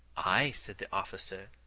ay, said the officer,